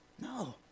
No